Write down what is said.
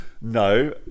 no